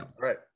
Right